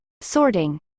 sorting